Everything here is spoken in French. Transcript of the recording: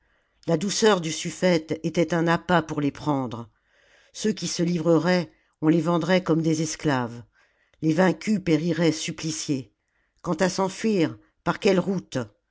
la douceur du sufïete était un appât pour les prendre ceux qui se livreraient on les vendrait comme des esclaves les vaincus périraient suppliciés quant à s'enfuir par quelles routes